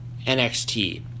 NXT